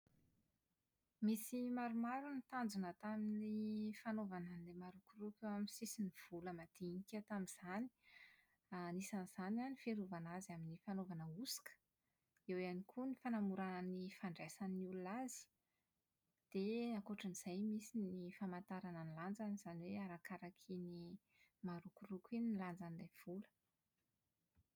Misy maromaro ny tanjona tamin'ny fanaovana ani'ilay marokoroko eo amin'ny sisin'ny vola madinika tamin'izany, anisan'izany an ny fiarovana azy amin'ny fanaovana hosoka. Eo ihany koa ny fanamorana ny fandraisan'ny olona azy. Dia ankoatra an'izay misy ny famantarana ny lanjany, izany hoe arakaraka iny marokoroko iny ny lanjan'ilay vola.